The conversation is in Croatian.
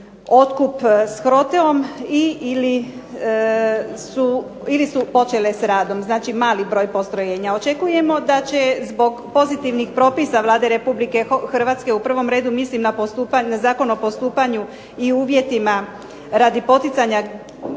razumije./… i ili su počele s radom. Znači, mali broj postrojenja. Očekujemo da će zbog pozitivnih propisa Vlade RH u prvom redu mislim na Zakon o postupanju i uvjetima radi poticanja